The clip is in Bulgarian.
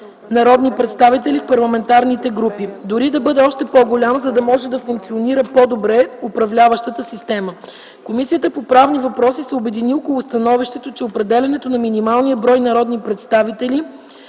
народни представители в парламентарните групи. Дори да бъде още по-голяма, за да може да функционира по-добре управляващата система. Комисията по правни въпроси се обедини около становището, че определянето на минималния брой народни представители,